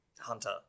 Hunter